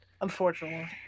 unfortunately